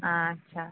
আচ্ছা